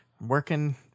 working